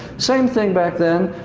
same thing back then.